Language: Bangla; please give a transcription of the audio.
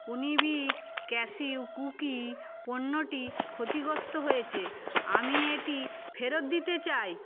উনিবিক ক্যাশিউ কুকি পণ্যটি ক্ষতিগ্রস্ত হয়েছে আমি এটি ফেরত দিতে চাই